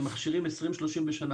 הם מכשירים 20, 30 בשנה.